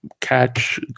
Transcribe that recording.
catch